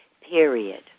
period